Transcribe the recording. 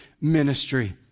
ministry